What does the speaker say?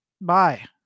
bye